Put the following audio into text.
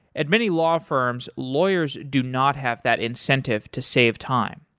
at many law firms, lawyers do not have that incentive to save time.